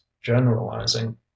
generalizing